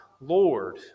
Lord